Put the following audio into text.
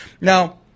Now